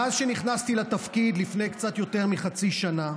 מאז שנכנסתי לתפקיד, לפני קצת יותר מחצי שנה,